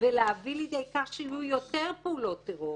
ולהביא לידי כך שיהיו יותר פעולות טרור,